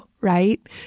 right